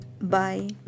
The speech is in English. bye